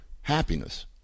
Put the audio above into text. happiness